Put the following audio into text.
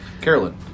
Carolyn